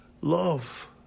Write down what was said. love